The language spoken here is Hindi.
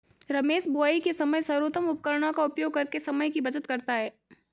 रमेश बुवाई के समय सर्वोत्तम उपकरणों का उपयोग करके समय की बचत करता है